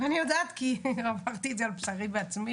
אני יודעת, כי עברתי את זה על בשרי, בעצמי.